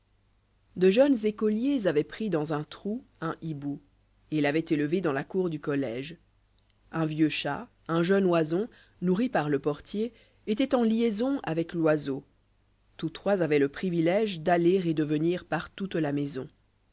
de jeunes écoliers avoient pris dans un trou un hibou et l'avoient élevé dans la cour du collège un vieux chat un jeune oison nourris par le portier étoient en liaison avec l'oiseau tous trois avbient le privilège d'aller et de venir par toute'la maison